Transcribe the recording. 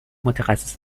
متخصص